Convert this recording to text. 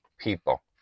people